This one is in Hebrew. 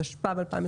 התשפ"ב-2021.